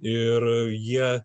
ir jie